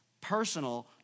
personal